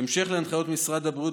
בהמשך להנחיות משרד הבריאות,